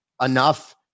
Enough